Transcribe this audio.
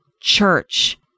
church